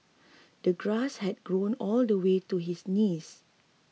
the grass had grown all the way to his knees